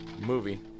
movie